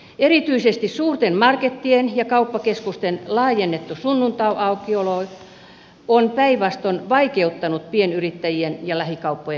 erityisesti suurten markettien ja kauppakeskusten laajennettu sunnuntaiaukiolo on päinvastoin vaikeuttanut pienyrittäjien ja lähikauppojen asemaa